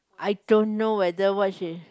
I don't know whether what she